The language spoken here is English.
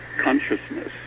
consciousness